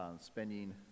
spending